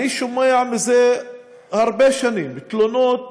אני שומע כבר הרבה שנים תלונות